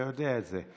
אתה יודע את זה.